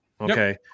Okay